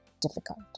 difficult